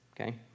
Okay